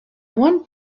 want